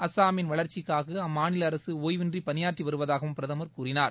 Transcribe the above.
அஸ்ஸாமின் வளர்ச்சிக்காக அம்மாநில அரசு ஒய்வின்றி பணியாற்றி வருவதாகவும் பிரதமர் கூறினார்